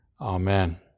Amen